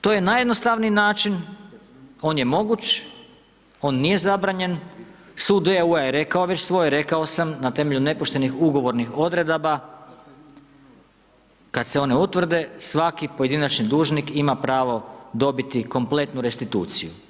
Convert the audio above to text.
To je najjednostavniji način, on je moguć, on nije zabranjen, sud EU-a je rekao već svoje, rekao sam, na temelju nepoštenih ugovornih odredaba kad se one utvrde, svaki pojedinačni dužnik ima pravo dobiti kompletnu restituciju.